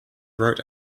wrote